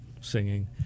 singing